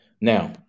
Now